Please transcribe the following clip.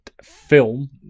film